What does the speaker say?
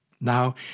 Now